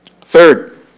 third